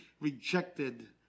rejected